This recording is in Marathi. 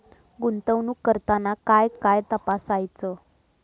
गुंतवणूक करताना काय काय तपासायच?